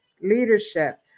leadership